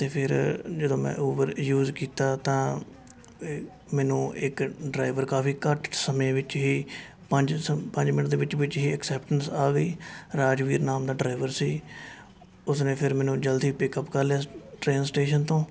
ਅਤੇ ਫਿਰ ਜਦੋਂ ਮੈਂ ਊਬਰ ਯੂਜ਼ ਕੀਤਾ ਤਾਂ ਇਹ ਮੈਨੂੰ ਇੱਕ ਡਰਾਈਵਰ ਕਾਫ਼ੀ ਘੱਟ ਸਮੇਂ ਵਿੱਚ ਹੀ ਪੰਜ ਸਮੇਂ ਪੰਜ ਮਿੰਟ ਦੇ ਵਿੱਚ ਵਿੱਚ ਹੀ ਐਕਸੈਪਟੇਂਸ ਆ ਗਈ ਰਾਜਵੀਰ ਨਾਮ ਦਾ ਡਰਾਈਵਰ ਸੀ ਉਸ ਨੇ ਫਿਰ ਮੈਨੂੰ ਜ਼ਲਦੀ ਪਿਕਅੱਪ ਅੱਪ ਕਰ ਲਿਆ ਟਰੇਨ ਸਟੇਸ਼ਨ ਤੋਂ